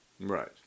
Right